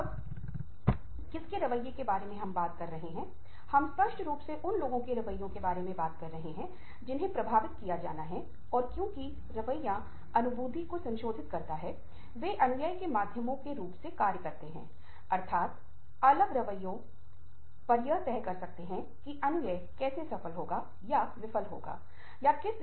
अब जैसा कि मैंने पहले की कुछ वार्ताओं में कहा है सुनना हमारे जीवन का एक बहुत ही महत्वपूर्ण घटक है और कभी कभी मैं अपने दोस्तों या अपने विद्यार्थी मित्रों से मजाक में कहता हूं जब वे मुझसे जुड़ते हैं कि शायद वे मुझसे बेहतर श्रोता हैं और उसका एक कारण है